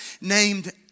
named